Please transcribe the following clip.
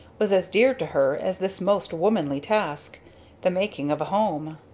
was as dear to her as this most womanly task the making of a home.